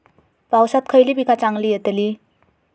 पावसात खयली पीका चांगली येतली?